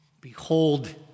Behold